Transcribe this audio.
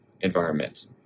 environment